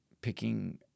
picking